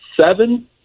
seven